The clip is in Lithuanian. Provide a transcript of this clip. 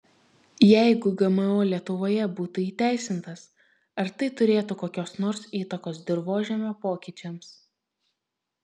jeigu gmo lietuvoje būtų įteisintas ar tai turėtų kokios nors įtakos dirvožemio pokyčiams